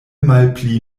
malpli